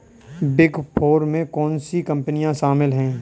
Big four में कौन सी कंपनियाँ शामिल हैं?